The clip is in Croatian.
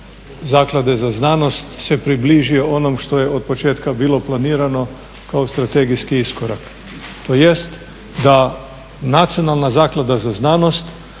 zaklade za znanost se približio onom što je od početka bilo planirano kao strategijski iskorak tj. da Nacionalna zaklada za znanost